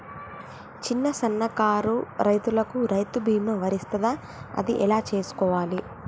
చిన్న సన్నకారు రైతులకు రైతు బీమా వర్తిస్తదా అది ఎలా తెలుసుకోవాలి?